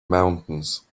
mountains